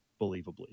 believably